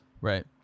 right